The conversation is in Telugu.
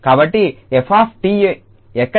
కాబట్టి f𝑡 ఎక్కడ లిమిట్ 𝑡→∞𝑓𝑡−𝑓